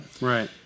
right